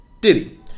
Diddy